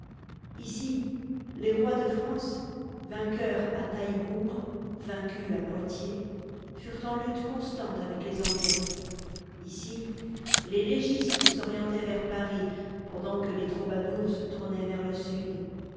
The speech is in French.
ici les rois de france vainqueurs à taillebourg vaincus à poitiers furent en lutte constante avec les anglais ici les légistes s'orientaient vers paris pendant que les troubadours se tournaient vers le sud